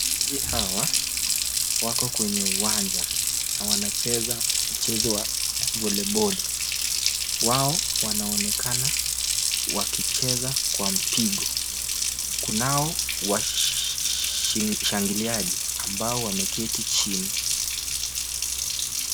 Wachezaji hawa wako kwenye uwanja na wanacheza mchezo wa voliboli . Wao wanaonekana wakicheza kwa mpingo. Kunao washangiliaji ambao wameketi chini.